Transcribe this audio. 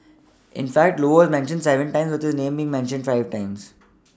in fact low was mentioned seven times with the name mean mentioned five times